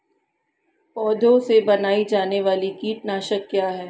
पौधों से बनाई जाने वाली कीटनाशक क्या है?